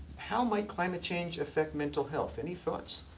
how might climate change affect mental health. any thoughts?